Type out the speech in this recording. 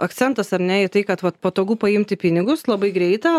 akcentas ar ne į tai kad vat patogu paimti pinigus labai greita